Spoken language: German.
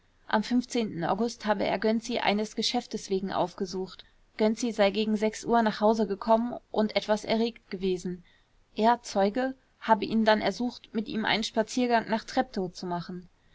am august habe er gönczi eines geschäftes wegen aufgesucht gönczi sei gegen uhr nach hause gekommen und etwas erregt gewesen er zeuge habe ihn dann ersucht mit ihm einen spaziergang nach treptow zu machen